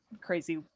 crazy